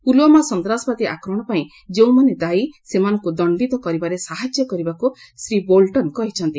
ପୁଲୁଓ୍ବାମା ସନ୍ତାସବାଦୀ ଆକ୍ରମଣ ପାଇଁ ଯେଉଁମାନେ ଦାୟୀ ସେମାନଙ୍କୁ ଦଣ୍ଡିତ କରିବାରେ ସାହାଯ୍ୟ କରିବାକୁ ଶ୍ରୀ ବୋଲଟନ କହିଛନ୍ତି